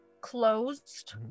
closed